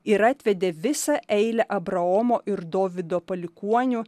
ir atvedė visą eilę abraomo ir dovydo palikuonių